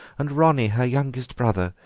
and ronnie, her youngest brother,